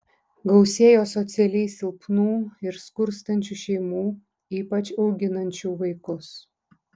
gausėjo socialiai silpnų ir skurstančių šeimų ypač auginančių vaikus